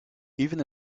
even